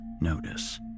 notice